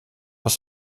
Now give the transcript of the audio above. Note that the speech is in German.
was